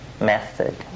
method